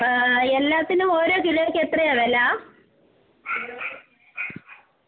എല്ലാത്തിനും ഓരോ കിലോയ്ക്ക് എത്രയാണ് വില